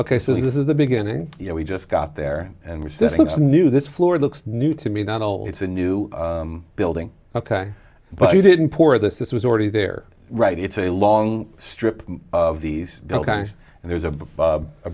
ok so this is the beginning you know we just got there and we're sitting knew this floor looks new to me not all it's a new building ok but you didn't pour this this was already there right it's a long strip of these guys and there's a